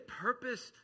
purpose